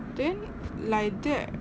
then like that